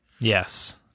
Yes